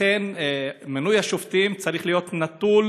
לכן מינוי השופטים צריך להיות נטול